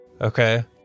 okay